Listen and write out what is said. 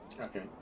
Okay